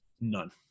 none